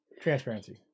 Transparency